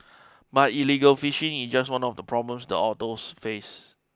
but illegal fishing is just one of the problems the otters face